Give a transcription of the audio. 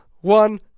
one